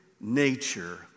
nature